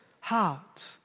heart